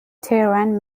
tehran